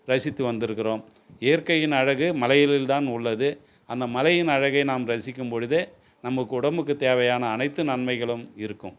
ரசித்து வந்திருக்குறோம் இயற்கையின் அழகு மலையில் தான் உள்ளது அந்த மலையின் அழகை நாம் ரசிக்கும் பொழுது நமக்கு உடம்புக்கு தேவையான அனைத்து நன்மைகளும் இருக்கும்